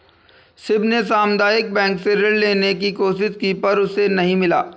शिव ने सामुदायिक बैंक से ऋण लेने की कोशिश की पर उसे नही मिला